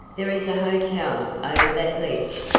there is a hotel over that ledge.